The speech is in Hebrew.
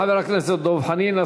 תודה לחבר הכנסת דב חנין.